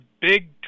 big